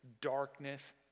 darkness